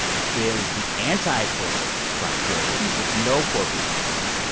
there's the anti-corporate pride parade with no corporate influence.